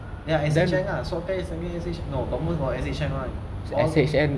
ya S_H_N lah swab test is under S_H_N no confirm got S_H_N [one] all